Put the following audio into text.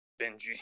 Benji